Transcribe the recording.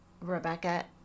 Rebecca